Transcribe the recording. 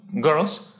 girls